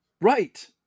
Right